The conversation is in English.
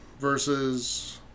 Versus